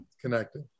Connected